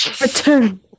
return